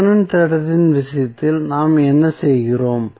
Thevenin தேற்றத்தின் விஷயத்தில் நாம் என்ன செய்கிறோம்